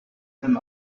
them